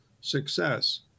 success